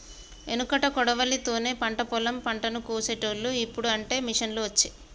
ఎనుకట కొడవలి తోనే పంట పొలం పంటను కోశేటోళ్లు, ఇప్పుడు అంటే మిషిండ్లు వచ్చే